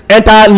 Enter